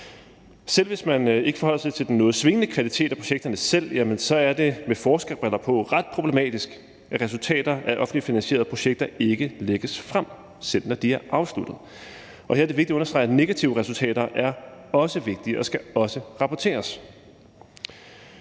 Selv hvis man ikke forholder sig til den noget svingende kvalitet af projekterne selv, er det med forskerbriller på ret problematisk, at resultater af offentligt finansierede projekter ikke lægges frem, selv når de er afsluttet. Her er det vigtigt at understrege, at negative resultater også er vigtige og også skal rapporteres.